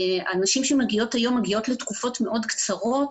הנשים שמגיעות היום מגיעות לתקופות מאוד קצרות,